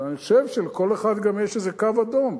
אבל אני חושב שלכל אחד גם יש איזה קו אדום.